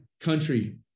country